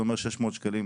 זה אומר 600 שקלים.